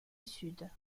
sud